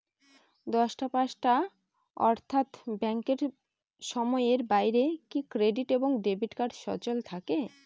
দশটা পাঁচটা অর্থ্যাত ব্যাংকের সময়ের বাইরে কি ক্রেডিট এবং ডেবিট কার্ড সচল থাকে?